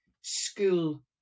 school